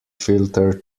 filter